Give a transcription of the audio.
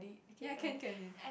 ya can can can